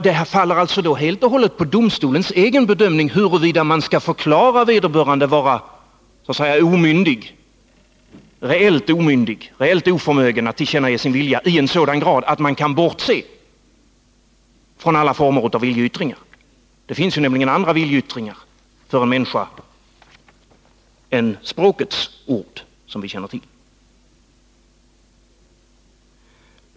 Det beror alltså då helt och hållet på domstolens egen bedömning huruvida man skall förklara vederbörande oförmögen att tillkännage sin vilja, i sådan grad att man kan bortse från alla former av viljeyttringar. Det finns nämligen, som vi känner till, andra viljeyttringar för en människa än språkets ord.